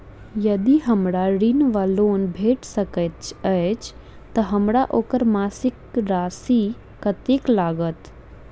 यदि हमरा ऋण वा लोन भेट सकैत अछि तऽ हमरा ओकर मासिक राशि कत्तेक लागत?